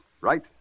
Right